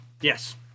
yes